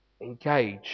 engage